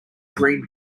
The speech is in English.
green